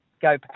Go